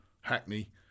Hackney